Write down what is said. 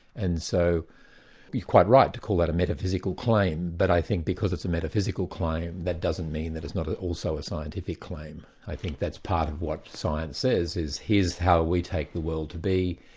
and so you're quite right to call that a metaphysical claim, but i think because it's a metaphysical claim that doesn't mean that it's not ah also a scientific claim. i think that's part of what science is, is here's how we take the world to be,